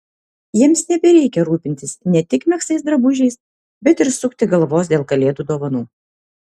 jiems nebereikia rūpintis ne tik megztais drabužiais bet ir sukti galvos dėl kalėdų dovanų